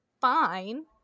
fine